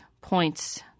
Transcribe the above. points